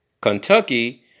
Kentucky